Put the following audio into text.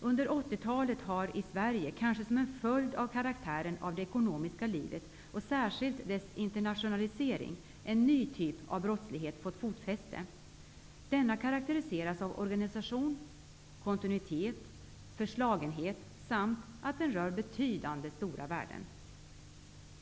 Under 80-talet har i Sverige, kanske som en följd av karaktären av det ekonomiska livet och särskilt dess internationalisering, en ny typ av brottslighet fått fotfäste. Denna karakteriseras av organisation, kontinuitet, förslagenhet samt att den rör betydande värden.